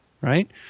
right